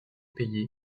payée